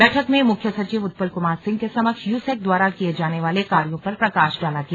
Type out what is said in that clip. बैठक में मुख्य सचिव उत्पल कुमार सिंह के समक्ष यूसैक द्वारा किये जाने वाले कार्यों पर प्रकाश डाला गया